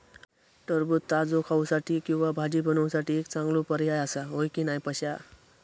टरबूज ताजो खाऊसाठी किंवा भाजी बनवूसाठी एक चांगलो पर्याय आसा, होय की नाय पश्या?